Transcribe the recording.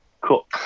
Cool